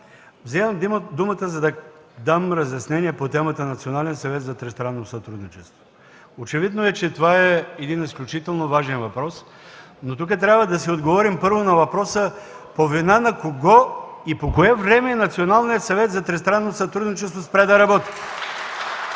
Вземам думата, за да дам разяснение по темата: Национален съвет за тристранно сътрудничество. Очевидно, че това е един изключително важен въпрос, но тук, първо, трябва да си отговорим на въпроса: по вина на кого и по кое време Националният съвет за тристранно сътрудничество спря да работи?